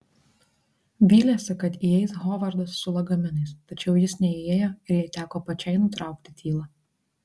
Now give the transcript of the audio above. vylėsi kad įeis hovardas su lagaminais tačiau jis neįėjo ir jai teko pačiai nutraukti tylą